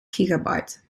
gigabyte